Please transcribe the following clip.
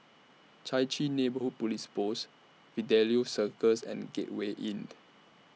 Chai Chee Neighbourhood Police Post Fidelio Circus and Gateway Inn